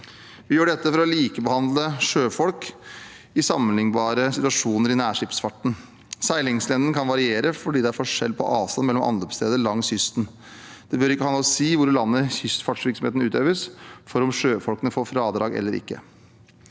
Vi gjør dette for å likebehandle sjøfolk i sammenlignbare situasjoner i nærskipsfarten. Seilingslengden kan variere fordi det er forskjell på avstanden mellom anløpssteder langs kysten. Hvor i landet kystfartsvirksomheten utøves, bør ikke ha noe å si for om sjøfolkene får fradrag eller ikke.